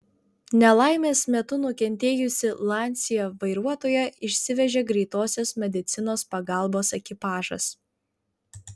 nelaimės metu nukentėjusį lancia vairuotoją išsivežė greitosios medicinos pagalbos ekipažas